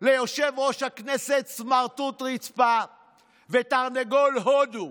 ליושב-ראש הכנסת סמרטוט רצפה ותרנגול הודו.